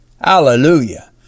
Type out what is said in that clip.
Hallelujah